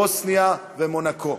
בוסניה ומונקו.